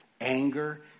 anger